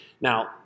Now